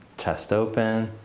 chest open